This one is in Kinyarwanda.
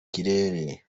kirere